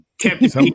kept